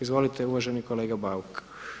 Izvolite uvaženi kolega Bauk.